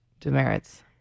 Demerits